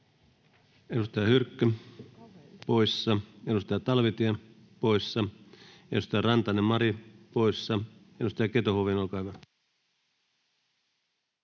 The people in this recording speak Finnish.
Edustaja Hyrkkö poissa, edustaja Talvitie poissa, edustaja Rantanen, Mari poissa. — Edustaja Keto-Huovinen, olkaa hyvä.